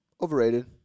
Overrated